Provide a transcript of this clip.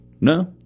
No